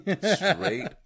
Straight